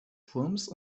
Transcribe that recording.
turms